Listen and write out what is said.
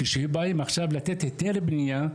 כשבאים עכשיו לתת היתר בנייה,